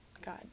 God